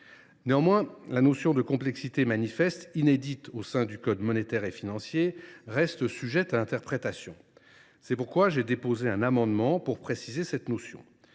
Néanmoins, la notion de « complexité manifeste », inédite au sein du code monétaire et financier, reste sujette à interprétation. C’est pourquoi j’ai déposé un amendement visant